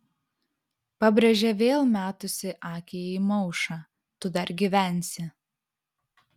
pabrėžė vėl metusi akį į maušą tu dar gyvensi